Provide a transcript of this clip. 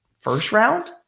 first-round